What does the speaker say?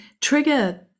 trigger